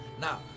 Now